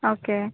okay